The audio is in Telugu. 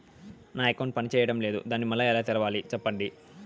నా అకౌంట్ పనిచేయడం లేదు, దాన్ని మళ్ళీ ఎలా తెరవాలి? సెప్పండి